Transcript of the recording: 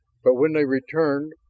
but when they returned,